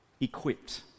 equipped